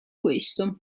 questo